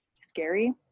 scary